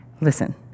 listen